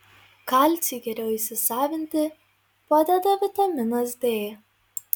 kalcį geriau įsisavinti padeda vitaminas d